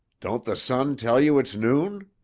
don't the sun tell you it's noon?